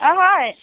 অঁ হয়